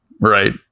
right